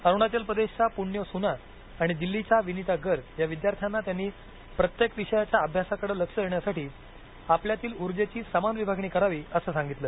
अरुणाचल प्रदेशच्या पुण्यो सुना आणि दिल्लीच्या विनिता गर्ग या विद्यार्थ्यांना त्यांनी प्रत्येक विषयाच्या अभ्यासाकडे लक्ष देण्यासाठी आपल्यातील ऊर्जेची समान विभागणी करावी असं सांगितलं